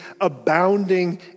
abounding